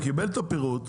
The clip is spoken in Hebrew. הוא קיבל את הפירוט,